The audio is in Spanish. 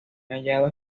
hallado